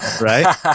right